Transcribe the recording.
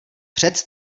přec